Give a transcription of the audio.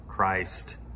Christ